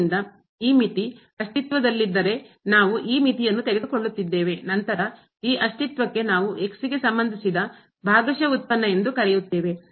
ಆದ್ದರಿಂದ ಈ ಮಿತಿ ಅಸ್ತಿತ್ವದಲ್ಲಿದ್ದರೆ ನಾವು ಈ ಮಿತಿಯನ್ನು ತೆಗೆದುಕೊಳ್ಳುತ್ತಿದ್ದೇವೆ ನಂತರ ಈ ಅಸ್ತಿತ್ವಕ್ಕೆ ನಾವು x ಗೆ ಸಂಬಂಧಿಸಿದ ಭಾಗಶಃ ಉತ್ಪನ್ನ ಎಂದು ಕರೆಯುತ್ತೇವೆ